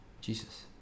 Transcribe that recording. Jesus